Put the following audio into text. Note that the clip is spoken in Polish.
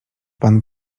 pan